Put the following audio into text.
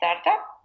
startup